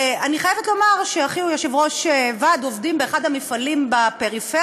ואני חייבת לומר שאחי הוא יושב-ראש ועד עובדים באחד המפעלים בפריפריה,